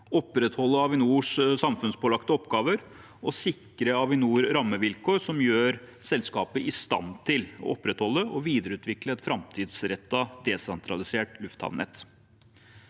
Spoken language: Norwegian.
opprettholde Avinors samfunnspålagte oppgaver og sikre Avinor rammevilkår som gjør selskapet i stand til å opprettholde og videreutvikle et framtidsrettet og desentralisert lufthavnnett.